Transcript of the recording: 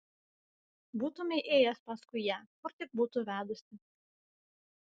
būtumei ėjęs paskui ją kur tik būtų vedusi